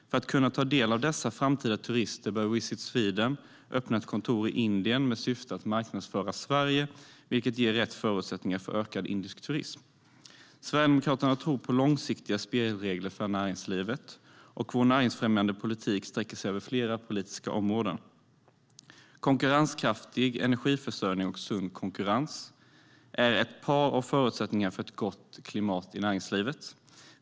För att kunna ta del av dessa framtida turister bör Visit Sweden öppna ett kontor i Indien med syfte att marknadsföra Sverige, vilket ger rätt förutsättningar för ökad indisk turism. Sverigedemokraterna tror på långsiktiga spelregler för näringslivet, och vår näringsfrämjande politik sträcker sig över flera politiska områden. Konkurrenskraftig energiförsörjning och sund konkurrens är ett par av förutsättningarna för ett gott klimat i näringslivet.